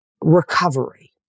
recovery